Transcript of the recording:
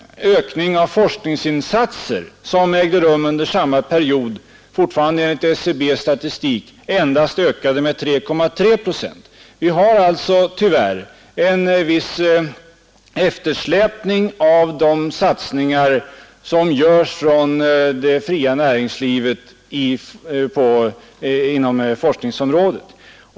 Forskningsinsatserna under samma period — fortfarande enligt SCB:s statistik — ökades däremot endast med 3,3 procent. Tyvärr måste vi således inregistrera en viss eftersläpning av näringslivets satsningar på forskningen och den tekniska utvecklingen.